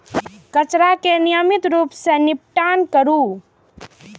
कचरा के नियमित रूप सं निपटान करू